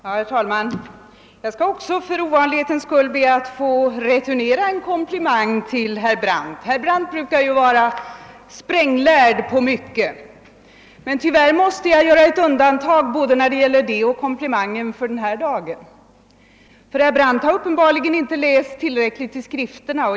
Herr talman! Jag skall också för ovanlighetens skull be att få returnera en komplimang till herr Brandt. Herr Brandt brukar vara spränglärd på mycket, även om jag i dag tyvärr måste göra ett undantag när det gäller kunskaperna. Herr Brandt har uppenbarligen inte läst tillräckligt i skrifterna.